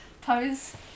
pose